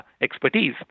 expertise